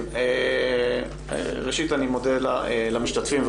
אני מודה למשתתפים.